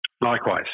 Likewise